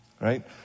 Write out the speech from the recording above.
right